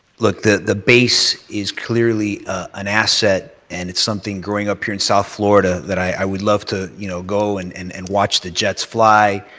look, the the base is clearly an asset and it's something growing up here in south florida i would love to you know go and and and watch the jets fly.